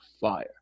fire